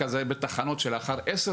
זה היה בתחנות בדרך כלל של 10 שנים